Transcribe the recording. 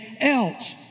else